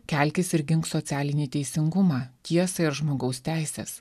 kelkis ir gink socialinį teisingumą tiesą ir žmogaus teises